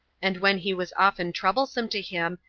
and when he was often troublesome to him,